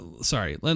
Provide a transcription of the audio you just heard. Sorry